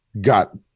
got